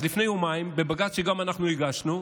אז לפני יומיים, בבג"ץ שגם אנחנו הגשנו,